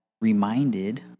reminded